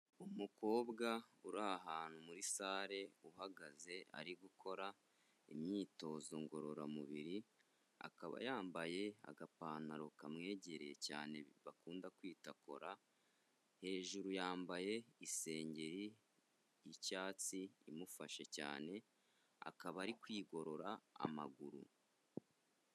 Umukobwa uri ahantu muri sale uhagaze ari gukora imyitozo ngororamubiri akaba yambaye agapantaro kamwegereye cyane bakunda kwita kora, hejuru yambaye isengeri y'icyatsi imufashe cyane akaba ari kwigorora amaguru.